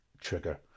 trigger